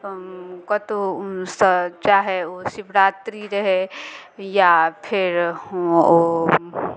कतहुसँ चाहे ओ शिवरात्रि रहय या फेर ओ